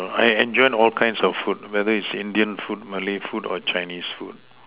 I enjoy all kinds of food whether is Indian food Malay food or Chinese food